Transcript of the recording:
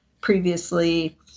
previously